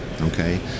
okay